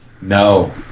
No